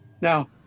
Now